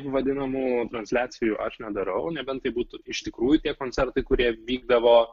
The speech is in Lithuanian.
vadinamų transliacijų aš nedarau nebent tai būtų iš tikrųjų tie koncertai kurie vykdavo